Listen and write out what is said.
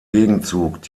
gegenzug